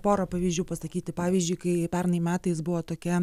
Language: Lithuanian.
porą pavyzdžių pasakyti pavyzdžiui kai pernai metais buvo tokia